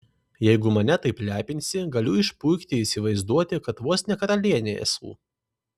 jeigu mane taip lepinsi galiu išpuikti įsivaizduoti kad vos ne karalienė esu